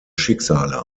schicksale